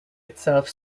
itself